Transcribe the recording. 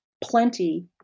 plenty